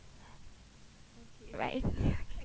right